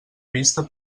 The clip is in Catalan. vista